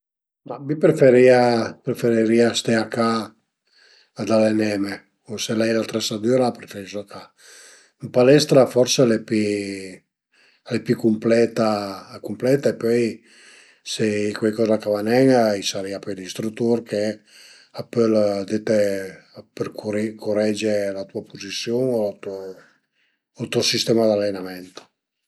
Ma mi preferìa preferirìa ste a ca ad aleneme, se l'ai l'atresadüra preferisu a ca. Ën palestra forse al e pi pi al e pi cumpleta, cumpleta e pöi se a ie cuaicoza ch'a va nen a i sarìa pöi l'istrütur che a pöl dete curi curege la puzisiun o to sistema d'alenament